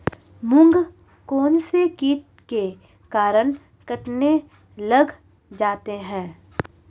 मूंग कौनसे कीट के कारण कटने लग जाते हैं?